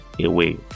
away